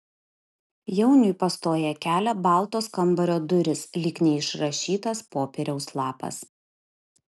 jauniui pastoja kelią baltos kambario durys lyg neišrašytas popieriaus lapas